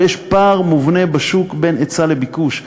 אבל יש פער מובנה בשוק בין היצע לביקוש.